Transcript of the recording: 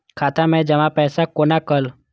खाता मैं जमा पैसा कोना कल